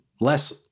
less